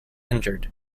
injured